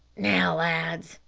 now, lads,